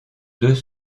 deux